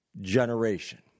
generation